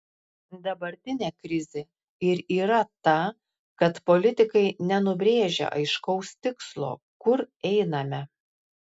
dabartinė krizė ir yra ta kad politikai nenubrėžia aiškaus tikslo kur einame